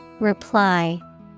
Reply